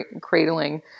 cradling